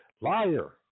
Liar